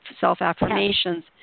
self-affirmations